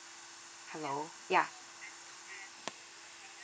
hello yeah